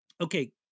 Okay